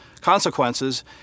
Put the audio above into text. consequences